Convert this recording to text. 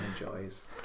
enjoys